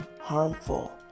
harmful